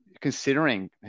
considering